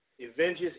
Avengers